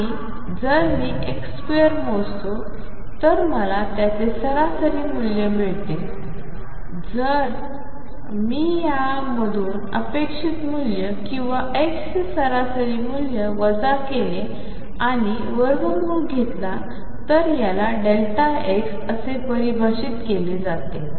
आणि जर मी x2 मोजतो तर मला त्याचे सरासरी मूल्य मिळते आणि जर मी यामधून अपेक्षित मूल्य किंवा x चे सरासरी मूल्य वजा केले आणि वर्गमूळ घेतला तर याला x असे परिभाषित केले जाते